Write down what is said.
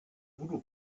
voodoo